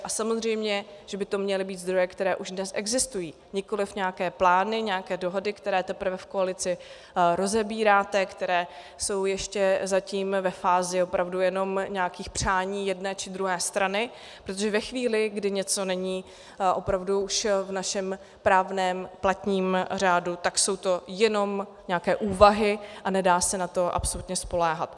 A samozřejmě že by to měly být zdroje, které už dnes existují, nikoliv nějaké plány, nějaké dohady, které teprve v koalici rozebíráte, které jsou ještě zatím ve fázi opravdu jenom nějakých přání jedné či druhé strany, protože ve chvíli, kdy něco není opravdu už v našem platném právním řádu, tak jsou to jenom nějaké úvahy a nedá se na to absolutně spoléhat.